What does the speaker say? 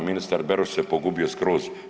Ministar Beroš se pogubio skroz.